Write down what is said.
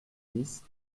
dix